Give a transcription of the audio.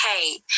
hey